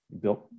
built